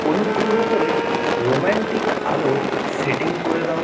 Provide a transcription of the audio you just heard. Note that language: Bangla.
অনুগ্রহ করে রোম্যান্টিক আলোর সেটিং করে দাও